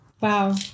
Wow